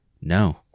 no